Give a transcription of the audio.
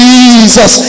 Jesus